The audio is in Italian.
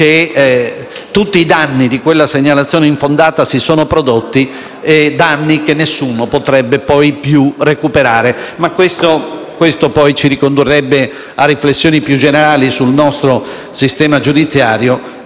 che tutti i danni di quella segnalazione infondata si sono prodotti; danni che nessuno potrebbe poi più recuperare, ma questo ci ricondurrebbe a riflessioni più generali sul nostro sistema giudiziario,